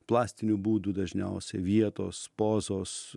plastinių būdų dažniausiai vietos pozos